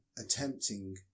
attempting